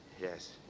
Yes